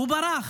ברח,